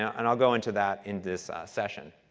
and i'll go into that in this session.